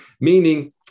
meaning